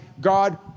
God